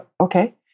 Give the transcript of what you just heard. Okay